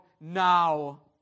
now